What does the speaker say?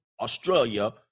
Australia